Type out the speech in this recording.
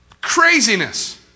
Craziness